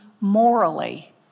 morally